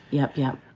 yup, yup.